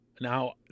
Now